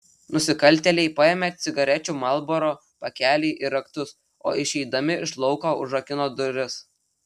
nusikaltėliai paėmė cigarečių marlboro pakelį ir raktus o išeidami iš lauko užrakino duris